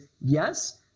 yes